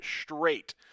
straight